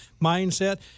mindset